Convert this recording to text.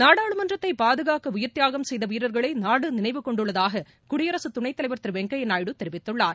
நாடாளுமன்றத்தை பாதுகாக்க உயிர்த்தியாகம் செய்த வீரர்களை நாடு நினைவு கொண்டுள்ளதாக குடியரசு துணைத் தலைவர் திரு வெங்கையா நாயுடு தெரிவித்துள்ளார்